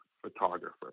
photographer